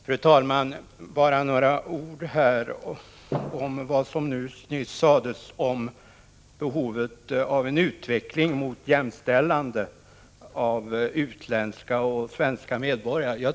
Fru talman! Jag vill bara säga några ord om det som nyss sades om behovet av en utveckling mot jämställande av utländska och svenska medborgare.